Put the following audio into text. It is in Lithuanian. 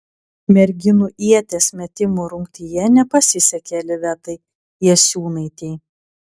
merginų ieties metimo rungtyje nepasisekė livetai jasiūnaitei